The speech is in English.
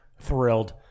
Thrilled